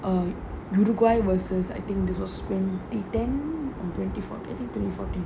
um dhirubhai versus I think this will spin the ten twenty four twenty twenty fourteen